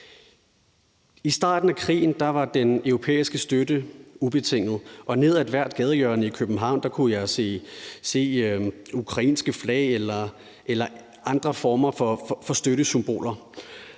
I starten af krigen var den europæiske støtte ubetinget, og på ethvert gadehjørne i København kunne jeg se ukrainske flag eller andre former for støttesymboler.